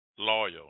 Loyal